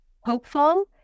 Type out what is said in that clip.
hopeful